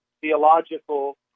theological